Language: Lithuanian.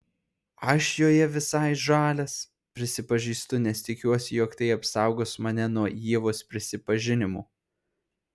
aš joje visai žalias prisipažįstu nes tikiuosi jog tai apsaugos mane nuo ievos prisipažinimų